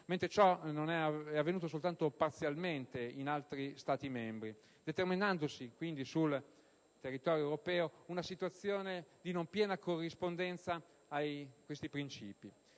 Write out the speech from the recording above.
mentre ciò è avvenuto solo parzialmente in altri Stati membri, determinandosi pertanto, nel territorio europeo, una situazione di non piena rispondenza ai predetti principi.